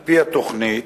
על-פי התוכנית,